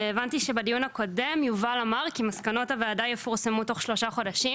הבנתי שבדיון הקודם יובל אמר שמסקנות הוועדה יפורסמו תוך שלושה חודשים.